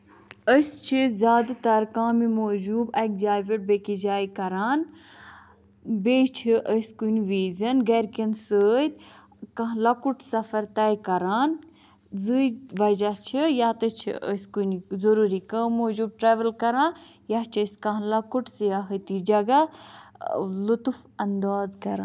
أسۍ چھِ زیادٕ تَر کامہِ موٗجوٗب اَکہِ جایہِ پٮ۪ٹھ بیٚکِس جایہِ کَران بیٚیہِ چھِ أسۍ کُنہِ ویٖزٮ۪ن گَرِکٮ۪ن سۭتۍ کانٛہہ لۄکُٹ سَفَر طے کَران زٕے وَجہ چھِ یا تہٕ چھِ أسۍ کُنہِ ضٔروٗری کٲم موٗجوٗب ٹرٛیوٕل کَران یا چھِ أسۍ کانٛہہ لۄکُٹ سِیاحتی جگہ لُطف اَنداز کَران